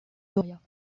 doria